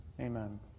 Amen